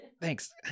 thanks